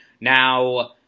Now